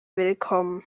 willkommen